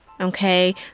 okay